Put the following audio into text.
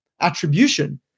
attribution